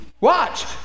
Watch